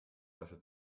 lasche